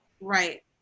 Right